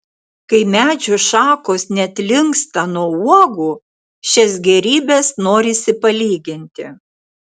kai medžių šakos net linksta nuo uogų šias gėrybes norisi palyginti